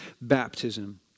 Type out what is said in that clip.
baptism